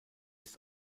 ist